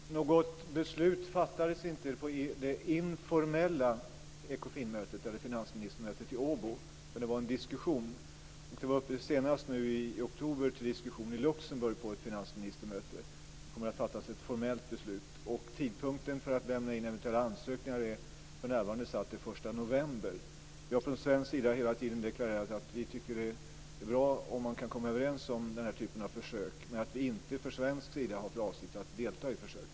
Herr talman! Något beslut fattades inte på det informella finansministermötet i Åbo, utan det var en diskussion. Senast nu i oktober var detta uppe till diskussion på ett finansministermöte i Luxemburg. Formellt beslut kommer att fattas. Tidpunkten för att lämna in eventuella ansökningar är för närvarande satt till den 1 november. Från svensk sida har vi hela tiden deklarerat att vi tycker att det är bra om man kan komma överens om den här typen av försök men att vi från svensk sida inte har för avsikt att delta i försöket.